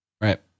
right